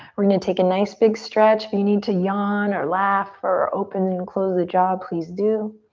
we're gonna take a nice big stretch. if you need to yawn or laugh or open and close the jaw, please do.